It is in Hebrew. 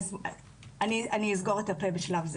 אני אסגור את הפה בשלב הזה.